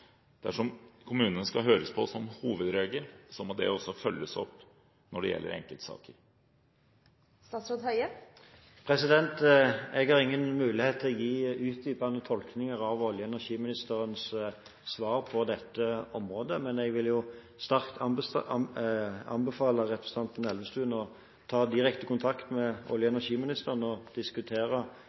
dersom kommunene som hovedregel skal høres på, må det også følges opp når det gjelder enkeltsaker. Jeg har ingen mulighet til å gi utdypende tolkninger av olje- og energiministerens svar på dette området, men jeg vil sterkt anbefale representanten Elvestuen å ta direkte kontakt med olje- og energiministeren og diskutere